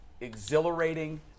exhilarating